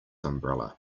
umbrella